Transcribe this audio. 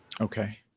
Okay